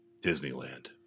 Disneyland